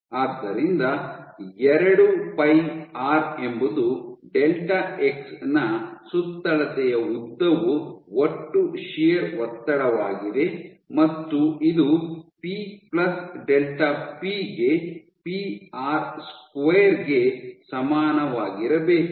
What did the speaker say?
ಆದ್ದರಿಂದ ಎರಡು pi r ಎಂಬುದು ಡೆಲ್ಟಾ ಎಕ್ಸ್ ನ ಸುತ್ತಳತೆಯ ಉದ್ದವು ಒಟ್ಟು ಶಿಯರ್ ಒತ್ತಡವಾಗಿದೆ ಮತ್ತು ಇದು ಪಿ ಪ್ಲಸ್ ಡೆಲ್ಟಾ ಪಿ ಗೆ ಪೈ ಆರ್ ಸ್ಕ್ವೇರ್ ಗೆ ಸಮಾನವಾಗಿರಬೇಕು